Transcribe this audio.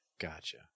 Gotcha